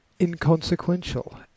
inconsequential